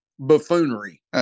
buffoonery